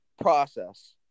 process